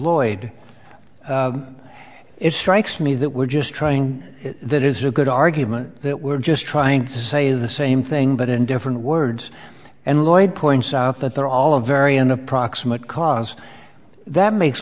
lloyd it strikes me that we're just trying that is a good argument that we're just trying to say the same thing but in different words and lloyd points out that they're all of very in a proximate cause that makes